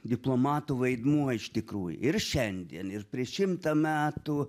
diplomatų vaidmuo iš tikrųjų ir šiandien ir prieš šimtą metų